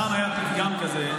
פעם היה פתגם כזה,